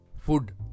food